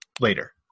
later